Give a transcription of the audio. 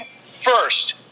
first